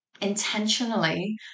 intentionally